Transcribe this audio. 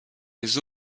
les